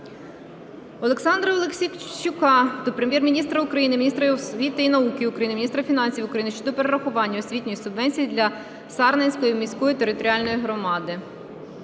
Олександра Аліксійчука до Прем'єр-міністра України, міністра освіти і науки України, міністра фінансів України щодо перерахування освітньої субвенції для Сарненської міської територіальної громади.